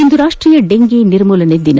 ಇಂದು ರಾಷ್ಟೀಯ ಡೆಂಗಿ ನಿರ್ಮೂಲನಾ ದಿನ